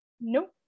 Nope